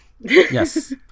Yes